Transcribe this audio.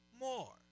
more